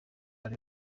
ari